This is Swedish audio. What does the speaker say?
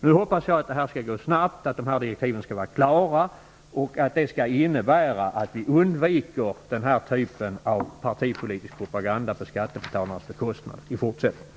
Jag hoppas nu att det här skall gå snabt, att direktiven skall bli tydliga och att det i fortsättningen skall innebära att den här typen av politiska propaganda på skattebetalarnas bekostnad undviks.